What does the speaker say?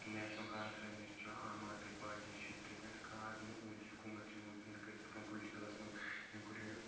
national conference چھ Aam Aadmi party چھ یتھٕے کٔٹھۍ آزمودی حکوٗمت چھِ مودیَن کٔر یتھ کٔنۍ پُلٹِکلس منٛز أمۍ کوٚر یہِ ایکٹ لاگوٗ